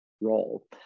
role